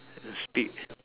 the speed